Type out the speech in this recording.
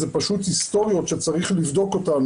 זה פשוט היסטוריות שצריך לבדוק אותן.